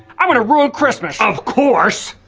i'm gonna ruin christmas of course!